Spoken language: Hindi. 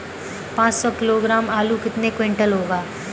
पाँच सौ किलोग्राम आलू कितने क्विंटल होगा?